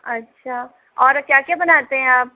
अच्छा और क्या क्या बनाते हैं आप